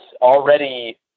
already